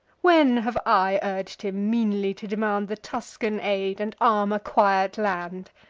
when have i urg'd him meanly to demand the tuscan aid, and arm a quiet land?